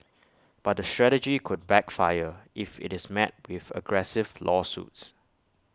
but the strategy could backfire if IT is met with aggressive lawsuits